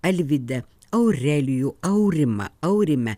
alvidę aurelijų aurimą aurimę